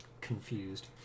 confused